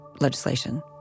legislation